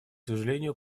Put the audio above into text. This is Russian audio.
сожалению